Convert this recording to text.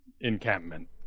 encampment